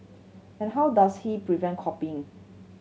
and how does he prevent copying